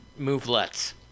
movelets